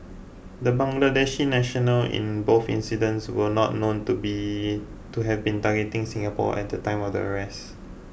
the Bangladeshi national in both incidents were not known to be to have been targeting Singapore at the time of their arrest